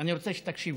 אני רוצה שתקשיבו.